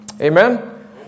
Amen